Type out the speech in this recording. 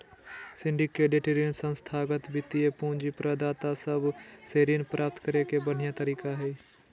syndicated ऋण संस्थागत वित्तीय पूंजी प्रदाता सब से ऋण प्राप्त करे के बढ़िया तरीका हय